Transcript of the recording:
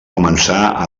començar